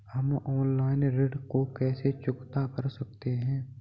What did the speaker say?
हम ऑनलाइन ऋण को कैसे चुकता कर सकते हैं?